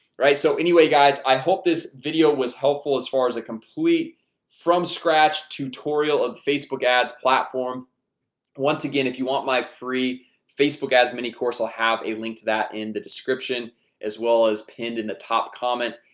right? so anyway guys, i hope this video was helpful as far as a complete from scratch tutorial of the facebook ads platform once again if you want my free facebook as mini-course i'll have a link to that in the description as well as pinned in the top comment,